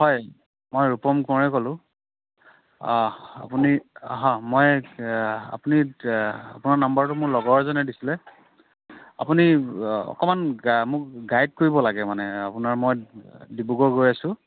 হয় মই ৰূপম কোঁৱৰে ক'লোঁ অঁহ আপুনি হাঁ মই আপুনি আপোনাৰ নাম্বাৰটো মোৰ লগৰ এজনে দিছিলে আপুনি অকণমান গা মোক গাইড কৰিব লাগে মানে আপোনাৰ মই ডিব্ৰুগড় গৈ আছোঁ